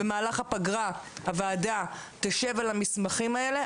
במהלך הפגרה הוועדה תשב על המסמכים האלה.